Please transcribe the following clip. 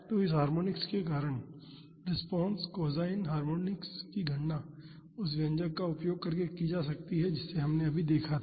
तो इस हार्मोनिक्स के कारण रिस्पांस कोसाइन हार्मोनिक्स की गणना उस व्यंजक का उपयोग करके की जा सकती है जिसे हमने अभी देखा था